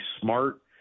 smart